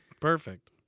Perfect